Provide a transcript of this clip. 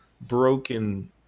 broken